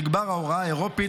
תגבר ההוראה האירופאית.